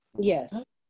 Yes